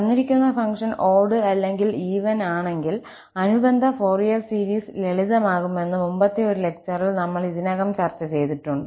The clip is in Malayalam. തന്നിരിക്കുന്ന ഫംഗ്ഷൻ ഓട് അല്ലെങ്കിൽ ഈവൻ ആണെങ്കിൽ അനുബന്ധ ഫോറിയർ സീരീസ് ലളിതമാകുമെന്ന് മുമ്പത്തെ ഒരു ലെക്ചറിൽ നമ്മൾ ഇതിനകം ചർച്ച ചെയ്തിട്ടുണ്ട്